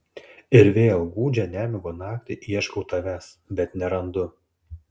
ir vėl gūdžią nemigo naktį ieškau tavęs bet nerandu